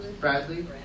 Bradley